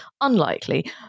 unlikely